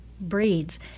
breeds